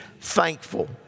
thankful